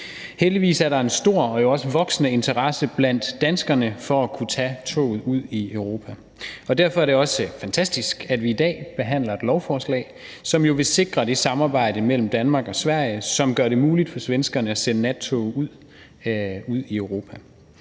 Heldigvis er der en stor og jo også voksende interesse blandt danskerne for at kunne tage toget ud i Europa. Derfor er det også fantastisk, at vi i dag behandler et lovforslag, som jo vil sikre det samarbejde mellem Danmark og Sverige, som gør det muligt for svenskerne at sende nattog ud i Europa.